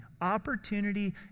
Opportunity